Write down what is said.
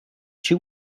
chi